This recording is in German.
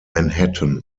manhattan